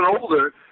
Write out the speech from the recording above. older